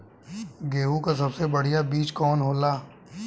गेहूँक सबसे बढ़िया बिज कवन होला?